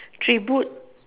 three boot